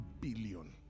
billion